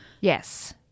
Yes